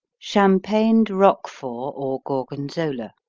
champagned roquefort or gorgonzola